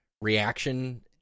reaction